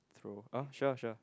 throw oh sure sure